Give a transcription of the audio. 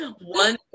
One